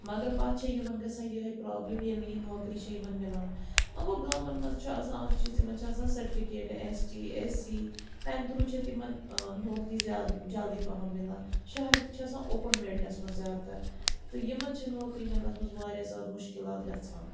مگر پَتہٕ چھےٚ یِمَن گژھان یِہے پرٛابلِم ییٚلہِ نہٕ یہِ نوکری چھےٚ یِمَن مِلان وۄنۍ گوٚو گامَن مَنٛز چھُ آسان اَکھ چیٖز تِمَن چھِ آسان سٔٹِفِکیٹہٕ ایٚس ٹی ایٚس سی تَمہِ تھرٛوٗ چھےٚ تِمَن نوکری زیادٕ جلدی پَہَم مِلان شَہَر چھِ آسان اوپُن مِرِٹَس منٛز زیادٕ تَر تہٕ یِمَن چھےٚ نوکری مِلنَس منٛز واریاہ زیادٕ مُشکِلات گَژھان